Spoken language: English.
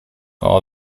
all